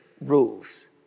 rules